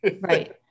Right